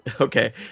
Okay